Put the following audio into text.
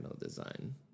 design